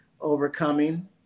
overcoming